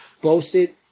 boasted